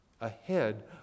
ahead